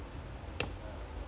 ya ellison ah